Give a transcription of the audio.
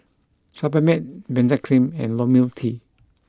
Sebamed Benzac cream and Ionil T